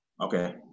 Okay